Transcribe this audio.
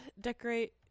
decorate